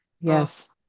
Yes